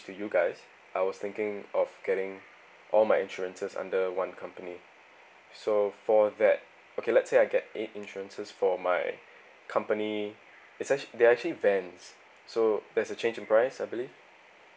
to you guys I was thinking of getting all my insurances under one company so for that okay let's say I get eight insurances for my company it's actually they're actually vans so there's a change in price I believe